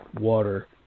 water